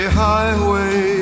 highway